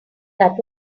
that